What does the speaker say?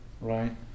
right